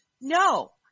No